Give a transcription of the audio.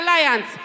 Alliance